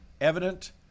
evident